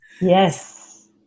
Yes